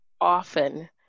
often